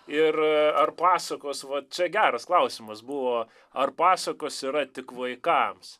ir ar pasakos va čia geras klausimas buvo ar pasakos yra tik vaikams